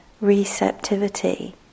receptivity